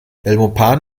belmopan